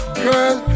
girl